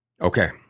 Okay